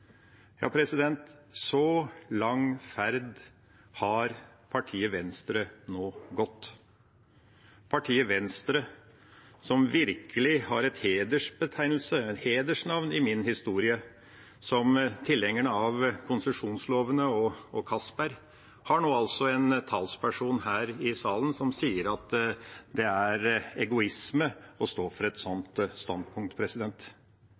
Så lang ferd har partiet Venstre nå hatt. Partiet Venstre, som virkelig er en hedersbetegnelse, et hedersnavn, i min historie, som tilhengere av konsesjonslovene og med Johan Castberg, har nå altså en talsperson her i salen som sier at det er egoisme å stå for et sånt standpunkt.